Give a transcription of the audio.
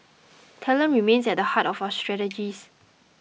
talent remains at the heart of our strategies